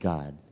God